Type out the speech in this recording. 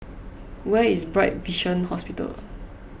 where is Bright Vision Hospital